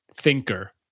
thinker